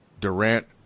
Durant